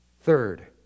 Third